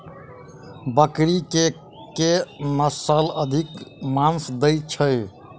बकरी केँ के नस्ल अधिक मांस दैय छैय?